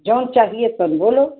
जौन चाहिए तौन बोलो